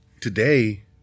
today